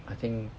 I think